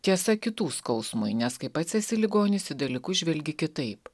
tiesa kitų skausmui nes kai pats esi ligonis į dalykus žvelgi kitaip